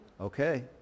Okay